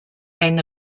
ein